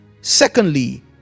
secondly